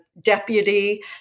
deputy